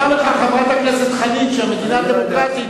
תאמר לך חברת הכנסת חנין שמדינה דמוקרטית